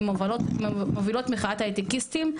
ממובילות מחאת ההייטקיסטים,